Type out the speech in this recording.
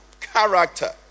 character